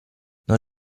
non